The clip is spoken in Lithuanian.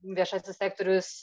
viešasis sektorius